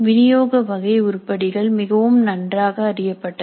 வினியோக வகை உருப்படிகள் மிகவும் நன்றாக அறியப்பட்டது